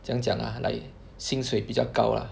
怎样讲 ah like 薪水比较高 lah